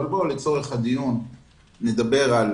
אבל לצורך הדיון נדבר על